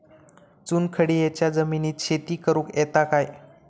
चुनखडीयेच्या जमिनीत शेती करुक येता काय?